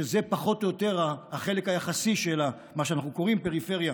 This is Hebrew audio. שזה פחות או יותר החלק היחסי של מה שאנחנו קוראים פריפריה